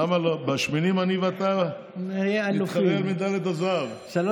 למה לא, מהשמנים אני ואתה נתחרה על מדליית הזהב.